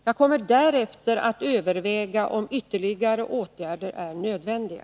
Jag kommer därefter att överväga om ytterligare åtgärder är nödvändiga.